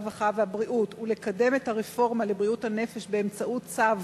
הרווחה והבריאות ולקדם את הרפורמה לבריאות הנפש באמצעות צו